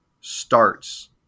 starts